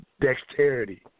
dexterity